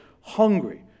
hungry